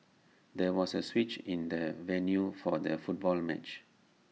there was A switch in the venue for the football match